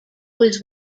was